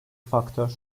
faktör